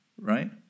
right